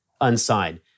unsigned